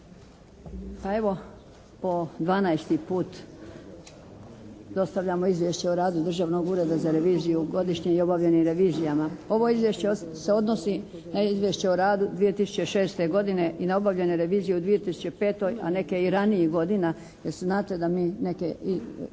Pa evo po 12. put dostavljamo izvješće o radu Državnog ureda za reviziju, godišnje i o obavljenim revizijama. Ovo izvješće se odnosi na izvješće o radu 2006. godine i na obavljene revizije u 2005. a neke i ranijih godina jer znate da mi neke